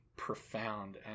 profound